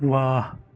واہ